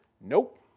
Nope